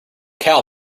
cow